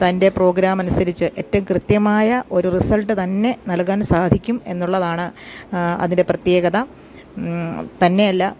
തൻ്റെ പ്രോഗ്രാമനുസരിച്ച് ഏറ്റവും കൃത്യമായ ഒരു റിസൾട്ട് തന്നെ നൽകാൻ സാധിക്കും എന്നുള്ളതാണ് അതിൻ്റെ പ്രത്യേകത തന്നെയല്ല